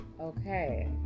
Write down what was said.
Okay